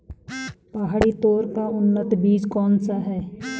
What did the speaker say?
पहाड़ी तोर का उन्नत बीज कौन सा है?